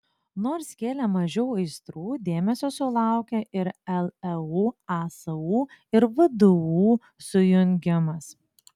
nors kėlė mažiau aistrų dėmesio sulaukė ir leu asu ir vdu sujungimas